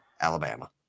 Alabama